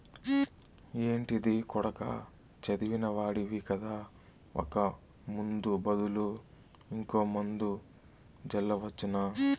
ఏంటిది కొడకా చదివిన వాడివి కదా ఒక ముందు బదులు ఇంకో మందు జల్లవచ్చునా